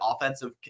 offensive